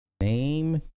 Name